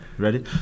Ready